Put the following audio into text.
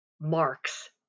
marks